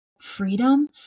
freedom